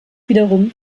wiederum